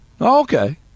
Okay